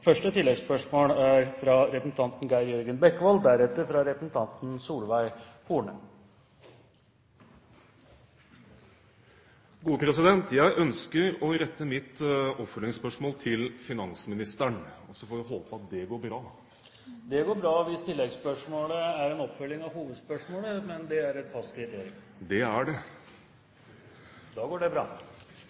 Første oppfølgingsspørsmål er fra representanten Geir Jørgen Bekkevold. Jeg ønsker å rette mitt oppfølgingsspørsmål til finansministeren – og så får vi håpe at det går bra. Det går bra, hvis oppfølgingsspørsmålet er en oppfølging av hovedspørsmålet. Det er et fast kriterium. Det er det. Da går det bra.